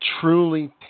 truly